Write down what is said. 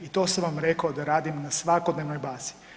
I to sam vam rekao da radim na svakodnevnoj bazi.